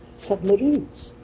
submarines